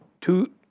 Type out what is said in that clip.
two